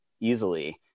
easily